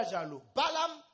Balaam